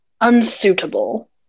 unsuitable